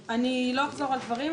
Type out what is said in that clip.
אחזור על דברים,